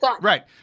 Right